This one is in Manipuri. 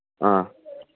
ꯑꯥ